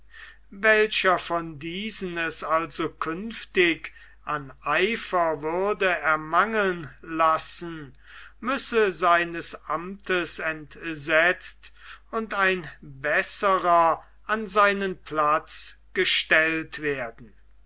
welcher von diesen es also künftig an eifer würde ermangeln lassen müsse seines amtes entsetzt und ein besserer an seinen platz gestellt werden